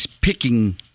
picking